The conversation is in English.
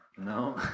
No